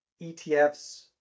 ETFs